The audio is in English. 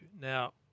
Now